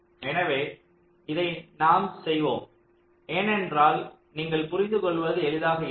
எனவே இதை நாம் செய்வோம் ஏனென்றால் நீங்கள் புரிந்து கொள்வது எளிதாக இருக்கும்